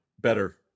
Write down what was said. better